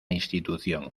institución